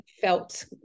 felt